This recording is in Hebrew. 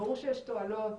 ברור שיש תועלות